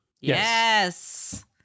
Yes